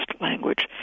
language